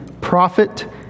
prophet